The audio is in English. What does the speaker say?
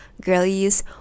girlies